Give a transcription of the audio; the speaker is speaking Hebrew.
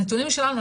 הנתונים שלנו,